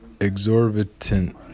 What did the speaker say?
exorbitant